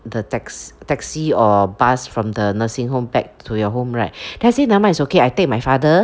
the tax~ taxi or bus from the nursing home back to your home right then I say nevermind it's okay I take my father